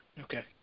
Okay